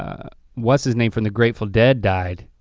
what's his name from the grateful dead died.